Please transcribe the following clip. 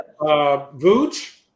Vooch